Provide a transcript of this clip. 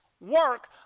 work